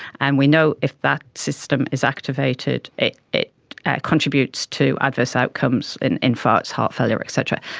and we know if that system is activated it it contributes to adverse outcomes and infarcts, heart failure etc.